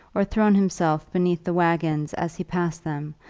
or thrown himself beneath the waggons as he passed them,